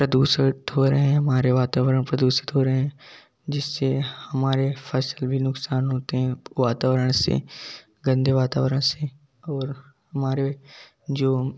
प्रदूषित हो रहे हैं हमारे वातावरण प्रदूषित हो रहे हैं जिससे हमारे फसल भी नुकसान होती है वातावरण से गंदे वातावरण से और हमारे जो